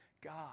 God